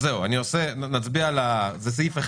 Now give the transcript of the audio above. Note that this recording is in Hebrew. אנחנו גם תלויים בוועדת הכנסת,